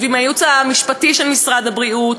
ועם הייעוץ המשפטי של משרד הבריאות,